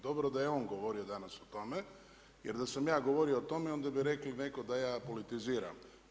Dobro da je on govorio danas o tome, jer da sam ja govorio o tome onda bi rekli netko da ja politiziram.